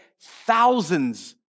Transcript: thousands